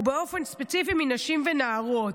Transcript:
ובאופן ספציפי מנשים ומנערות.